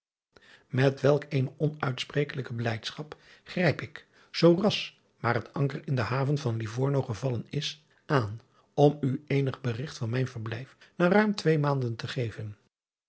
et welk eene onuitsprekelijke blijdschap grijp ik zooras maar het anker in de haven van ivorno gevallen is aan om eenig berigt van mijn verblijf na ruim twee maanden te geven